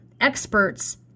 experts